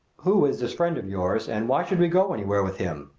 who is this friend of yours and why should we go anywhere with him?